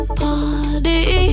party